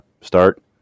start